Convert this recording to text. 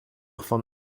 von